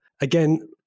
Again